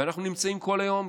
אנחנו נמצאים כל היום,